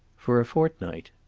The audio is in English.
for a fortnight.